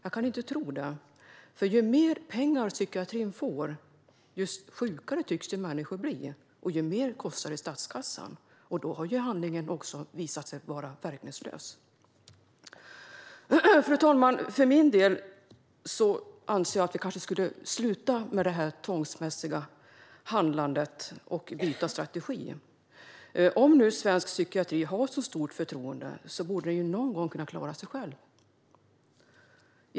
Jag kan inte tro det, för ju mer pengar psykiatrin får desto sjukare tycks människor bli - och desto mer kostar det statskassan. Då har handlingen också visat sig vara verkningslös. Fru talman! För min del anser jag att vi kanske skulle sluta med detta tvångsmässiga handlande och byta strategi. Om nu svensk psykiatri uppbär så stort förtroende borde den någon gång kunna klara sig själv.